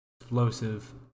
explosive